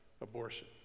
abortion